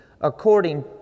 according